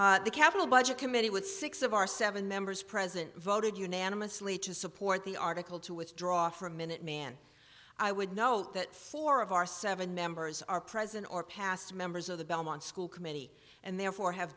position the capital budget committee with six of our seven members present voted unanimously to support the article to withdraw for a minute man i would note that four of our seven members are present or past members of the belmont school committee and therefore have